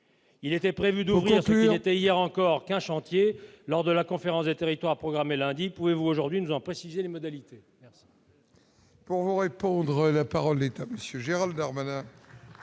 Il était prévu d'ouvrir ce qui n'était hier encore qu'un chantier lors de la conférence des territoires programmée lundi. Pouvez-vous aujourd'hui nous en préciser les modalités ? La parole est à M. le ministre